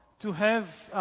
to have